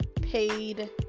paid